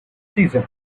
season